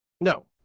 No